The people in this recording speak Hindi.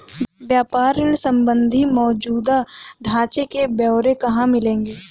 व्यापार ऋण संबंधी मौजूदा ढांचे के ब्यौरे कहाँ मिलेंगे?